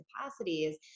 capacities